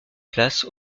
place